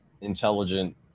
intelligent